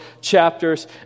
chapters